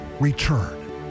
return